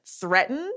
threatened